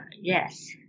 yes